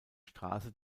straße